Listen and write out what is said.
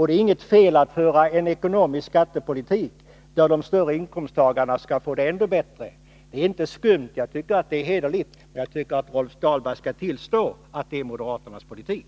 Det är inte skumt att föra en skattepolitik, där de större inkomsttagarna skall få det ännu bättre. Det är inte skumt — jag tycker att det är hederligt. Jag tycker att Rolf Dahlberg skall tillstå att det är moderaternas politik.